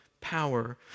power